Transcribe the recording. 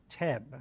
ten